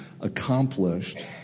accomplished